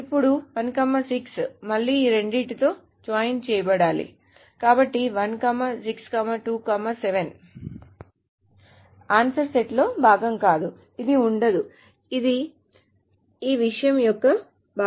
ఇప్పుడు 1 6 మళ్ళీ ఈ రెండింటితో జాయిన్ చేయబడాలి కాబట్టి 1 6 2 7 ఆన్సర్ సెట్లో భాగం కాదు ఇది ఉండదు ఇది ఈ విషయం యొక్క భాగం కాదు